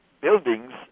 buildings